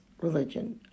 religion